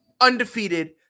undefeated